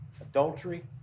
adultery